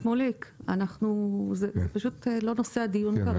שמוליק, זה פשוט לא נושא הדיון כרגע.